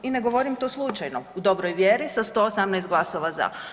I ne govorim to slučajno, u dobroj vjeri sa 118 glasova za.